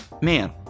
Man